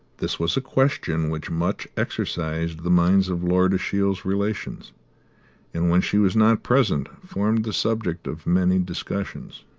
this was a question which much exercised the minds of lord ashiel's relations and, when she was not present, formed the subject of many discussions.